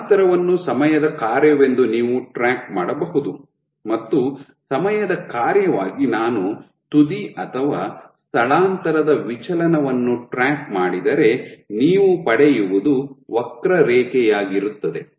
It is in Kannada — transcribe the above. ಸ್ಥಳಾಂತರವನ್ನು ಸಮಯದ ಕಾರ್ಯವೆಂದು ನೀವು ಟ್ರ್ಯಾಕ್ ಮಾಡಬಹುದು ಮತ್ತು ಸಮಯದ ಕಾರ್ಯವಾಗಿ ನಾನು ತುದಿ ಅಥವಾ ಸ್ಥಳಾಂತರದ ವಿಚಲನವನ್ನು ಟ್ರ್ಯಾಕ್ ಮಾಡಿದರೆ ನೀವು ಪಡೆಯುವುದು ವಕ್ರರೇಖೆಯಾಗಿರುತ್ತದೆ